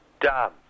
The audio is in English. Done